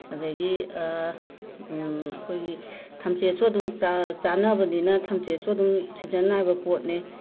ꯑꯗꯒꯤ ꯑꯩꯈꯣꯢꯒꯤ ꯊꯝꯆꯦꯠꯁꯨ ꯑꯗꯨꯝ ꯆꯥ ꯆꯥꯅꯕꯅꯤꯅ ꯊꯝꯆꯦꯠꯁꯨ ꯑꯗꯨꯝ ꯁꯤꯖꯟ ꯅꯥꯏꯕ ꯄꯣꯠꯅꯤ